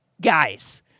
guys